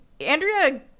Andrea